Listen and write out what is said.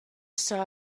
saw